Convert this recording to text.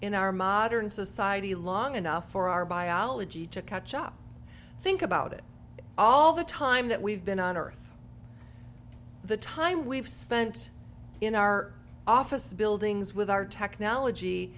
in our modern society long enough for our biology to catch up think about it all the time that we've been on earth the time we've spent in our office buildings with our technology